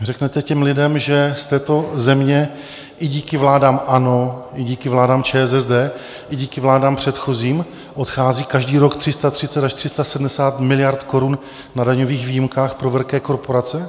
Řeknete těm lidem, že z této země, i díky vládám ANO, i díky vládám ČSSD, i díky vládám předchozím, odchází každý rok 330 až 370 miliard korun na daňových výjimkách pro velké korporace?